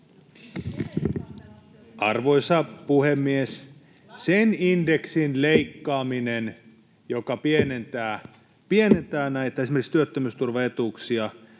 Te tiedätte, että sen indeksin leikkaaminen, joka pienentää näitä esimerkiksi työttömyysturvaetuuksia,